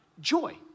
joy